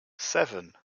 seven